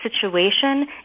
situation